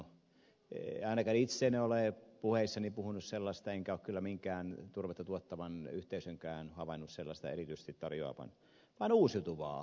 ainakaan itse en ole puheissani puhunut sellaista enkä ole kyllä minkään turvetta tuottavan yhteisönkään havainnut sellaista erityisesti tarjoavan vain uusiutuvaa